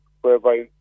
whereby